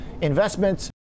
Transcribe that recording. Investments